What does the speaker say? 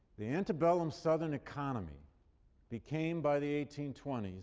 the antebellum southern economy became by the eighteen twenty